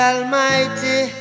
Almighty